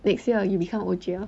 next year you become O_G_L